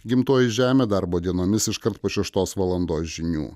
gimtoji žemė darbo dienomis iškart po šeštos valandos žinių